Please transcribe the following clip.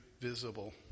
visible